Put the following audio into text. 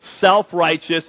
self-righteous